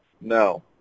No